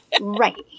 Right